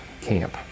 camp